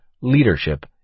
leadership